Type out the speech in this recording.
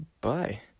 bye